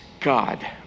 God